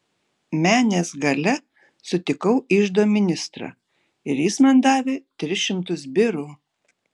menės gale sutikau iždo ministrą ir jis man davė tris šimtus birų